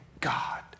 God